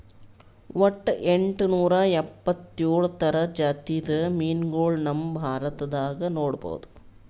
ವಟ್ಟ್ ಎಂಟನೂರಾ ಎಪ್ಪತ್ತೋಳ್ ಥರ ಜಾತಿದ್ ಮೀನ್ಗೊಳ್ ನಮ್ ಭಾರತದಾಗ್ ನೋಡ್ಬಹುದ್